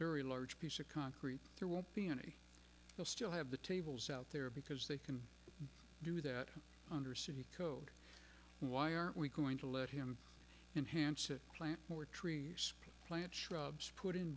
very large piece of concrete there won't be any they'll still have the tables out there because they can do that under city code why aren't we going to let him in hand plant more trees plant shrubs put in